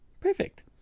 Perfect